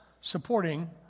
supporting